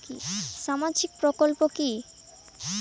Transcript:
সামাজিক প্রকল্প কি?